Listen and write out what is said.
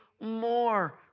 more